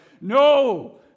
no